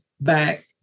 back